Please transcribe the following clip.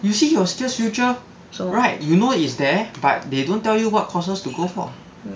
you see your SkillsFuture you know is there but they don't tell you what courses to go for